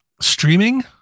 streaming